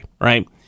right